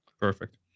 Perfect